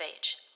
age